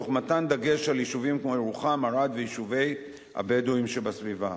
תוך מתן דגש על יישובים כמו ירוחם וערד ויישובי הבדואים שבסביבה.